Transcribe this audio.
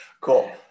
Cool